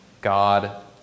God